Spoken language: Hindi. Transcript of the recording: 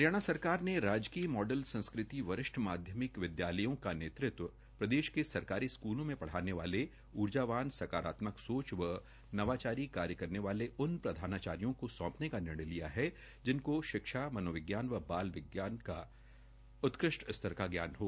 हरियाणा सरकार ने राजकीय मॉडल संस्कृति वरिष्ठ माध्यमिक विद्यालयों का नेतृत्व प्रदेश के सरकारी स्कूलों में ढ़ाने वाले ऊर्जावान सकारात्मक सोच व नवाचारी कार्य करने वाले उन प्रधानाचार्यों को सौंधने का निर्णय लिया है जिनको शिक्षा मनोविज्ञान व बाल मनोविज्ञान का उत्कृष्ट स्तर का ज्ञान हो